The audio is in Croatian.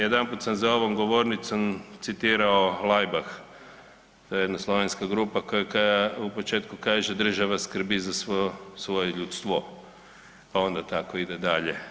Jedanput sam za ovom govornicom citirao Laibach, to je jedna slovenska grupa koja u početku kaže država skrbi za svo svoje ljudstvo, pa onda tako ide dalje.